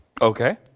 Okay